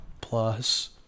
Plus